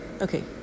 Okay